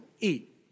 eat